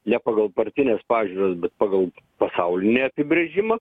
ne pagal partines pažiūras bet pagal pasaulinį apibrėžimą